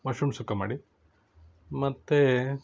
mushroom ಸುಕ್ಕ ಮಾಡಿ ಮತ್ತು